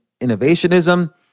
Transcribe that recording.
innovationism